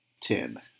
ten